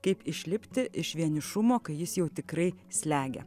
kaip išlipti iš vienišumo kai jis jau tikrai slegia